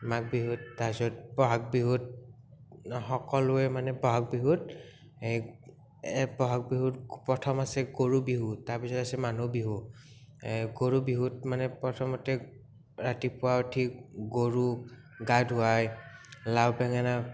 মাঘ বিহুত তাছত বহাগ বিহুত সকলোৱে মানে বহাগ বিহুত এই বহাগ বিহুত প্ৰথম আছে গৰু বিহু তাৰপিছত আছে মানুহ বিহু গৰু বিহুত মানে প্ৰথমতে ৰাতিপুৱা উঠি গৰুক গা ধুৱাই লাও বেঙেনা